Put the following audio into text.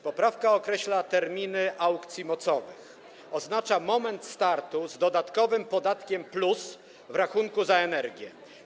Poprawka określa terminy aukcji mocowych, oznacza moment startu z dodatkowym podatkiem+ w rachunku za energię.